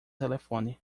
telefone